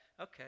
Okay